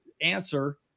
answer